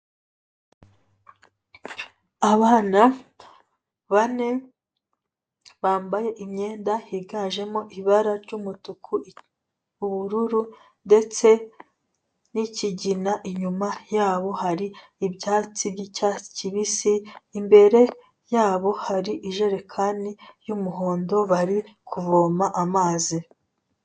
Abana bane bambaye imyenda yiganjemo ibara ry'umutuku, ubururu ndetse n'ikigina, inyuma yabo hari ibyatsi by'icyatsi kibisi, imbere yabo hari ijerekani y'umuhondo bari kuvoma amazi.